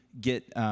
get